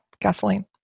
Gasoline